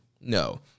No